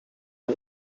ein